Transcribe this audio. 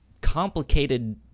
complicated